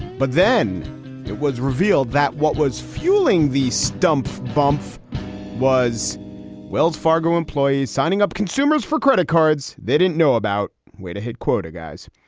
but then it was revealed that what was fueling these stump bumf was wells fargo employees signing up consumers for credit cards they didn't know about where to hit, quote, guys.